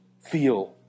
feel